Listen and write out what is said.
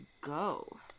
go